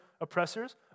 oppressors